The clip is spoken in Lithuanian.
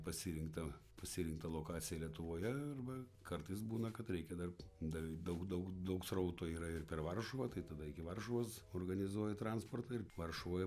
pasirinktą pasirinktą lokaciją lietuvoje arba kartais būna kad reikia dar dar daug daug daug srauto yra ir per varšuvą tai tada iki varšuvos organizuoji transportą ir varšuvoje